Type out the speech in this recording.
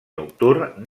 nocturn